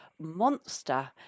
monster